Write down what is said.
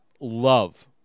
love